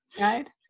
right